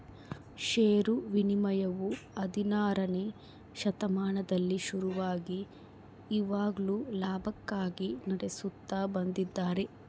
ಷೇರು ವಿನಿಮಯವು ಹದಿನಾರನೆ ಶತಮಾನದಲ್ಲಿ ಶುರುವಾಗಿ ಇವಾಗ್ಲೂ ಲಾಭಕ್ಕಾಗಿ ನಡೆಸುತ್ತ ಬಂದಿದ್ದಾರೆ